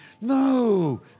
No